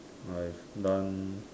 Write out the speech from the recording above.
I have done